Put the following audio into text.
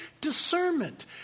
discernment